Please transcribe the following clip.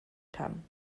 kann